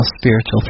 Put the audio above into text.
spiritual